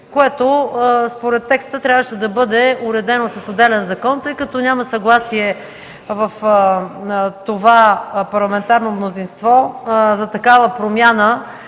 което според текста трябваше да бъде уредено с отделен закон. Тъй като няма съгласие в това парламентарно мнозинство за такава промяна